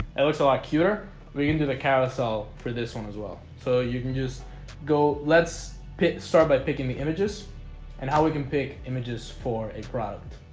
it looks a lot cuter we into the carousel for this one as well so you can just go let's pit start by picking the images and how we can pick images for a product